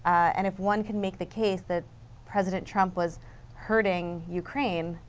and if one can make the case that president trump was hurting ukraine,